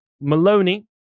Maloney